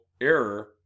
error